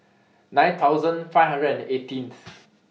nine five hundred and eighteen